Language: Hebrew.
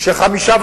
שחמישה,